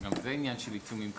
גם זה עניין של עיצומים כספיים.